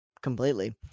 completely